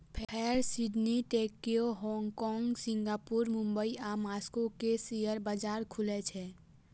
फेर Sydney, Tokyo, Hong Kong, Singapore, Mumbai आ Moscow के शेयर बाजार खुलै छै